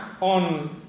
on